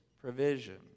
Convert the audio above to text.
provision